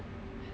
you